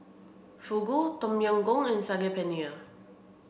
Fugu Tom Yam Goong and Saag Paneer